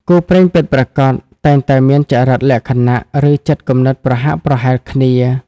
គូព្រេងពិតប្រាកដ តែងតែមានចរិតលក្ខណៈ ឬចិត្តគំនិតប្រហាក់ប្រហែលគ្នា។